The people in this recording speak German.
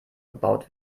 gebaut